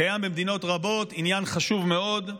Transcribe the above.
קיים במדינות רבות, עניין חשוב מאוד.